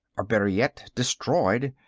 or better yet destroyed.